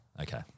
Okay